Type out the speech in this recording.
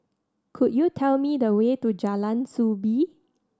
could you tell me the way to Jalan Soo Bee